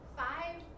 five